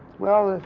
well,